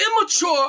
Immature